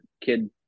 kid